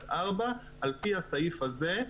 41(4) על פי הסעיף הזה,